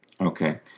Okay